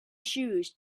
shoes